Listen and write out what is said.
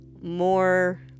more